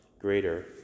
greater